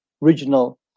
regional